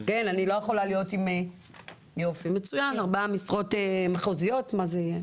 אני לא יכולה להיות עם --- ארבע משרות מחוזיות מה זה?